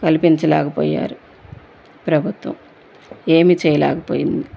కల్పించలేకపోయారు ప్రభుత్వం ఏమీ చేయలేకపోయింది